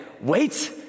wait